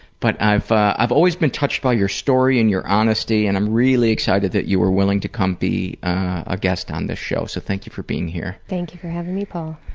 but i've i've always been touched by your story and your honesty and i'm really excited that you were willing to come be a guest on this show. so thank you for being here. thank you for having me, paul.